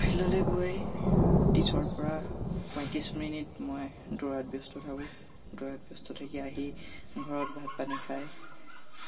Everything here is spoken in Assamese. ফিল্ডলৈ গৈ ত্ৰিছৰ পৰা পঁয়ত্ৰিছ মিনিট মই দৌৰাত ব্যস্ত থাকোঁ দৌৰাত ব্যস্ত থাকি আহি ঘৰত ভাত পানী খাই